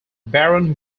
baron